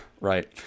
Right